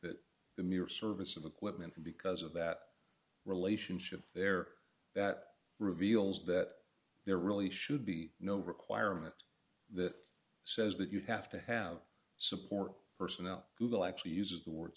that the mere service of equipment and because of that relationship there that reveals that there really should be no requirement that says that you have to have support personnel google actually uses the word